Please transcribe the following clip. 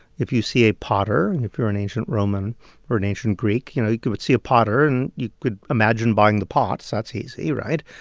if you see a potter and if you're an ancient roman or an ancient greek you know, you could see a potter, and you could imagine buying the pots. that's easy, right?